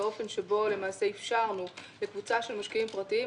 באופן שבו אפשרנו לקבוצה של משקיעים פרטיים,